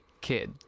kid